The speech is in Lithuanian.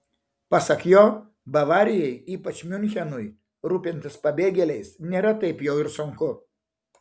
pasak jo bavarijai ypač miunchenui rūpintis pabėgėliais nėra taip jau ir sunku